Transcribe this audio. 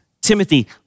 Timothy